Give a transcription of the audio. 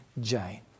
Jane